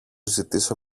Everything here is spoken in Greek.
ζητήσω